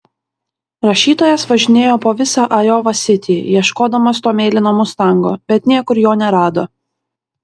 rašytojas važinėjo po visą ajova sitį ieškodamas to mėlyno mustango bet niekur jo nerado